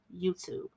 YouTube